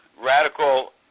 radical